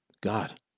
God